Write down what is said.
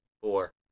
Four